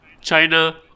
China